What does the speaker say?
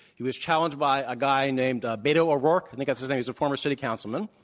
he was challenged by a guy named ah beto o'rourke. i think that's his name. he's a former city councilman.